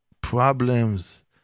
problems